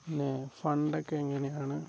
പിന്നെ ഫണ്ടൊക്കെ എങ്ങനെയാണ്